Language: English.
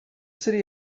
city